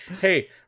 hey